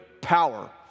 power